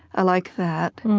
i like that.